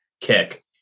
kick